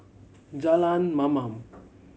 Jalan Mamam